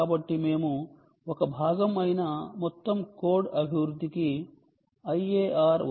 కాబట్టి మేము ఒక భాగం అయిన మొత్తం కోడ్ అభివృద్ధికి IAR వర్క్ బెంచ్ ఉపయోగించాము